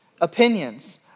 opinions